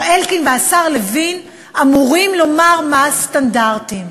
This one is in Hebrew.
השר אלקין והשר לוין, אמורים לומר מה הסטנדרטים.